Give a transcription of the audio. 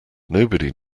nobody